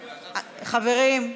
חברים,